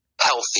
healthy